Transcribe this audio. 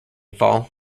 fall